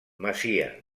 masia